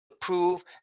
prove